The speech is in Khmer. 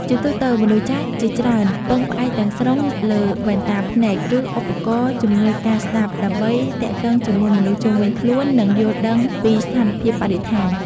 ជាទូទៅ មនុស្សចាស់ជាច្រើនពឹងផ្អែកទាំងស្រុងលើវ៉ែនតាភ្នែក ឬឧបករណ៍ជំនួយការស្ដាប់ ដើម្បីទាក់ទងជាមួយមនុស្សជុំវិញខ្លួន និងយល់ដឹងពីស្ថានភាពបរិស្ថាន។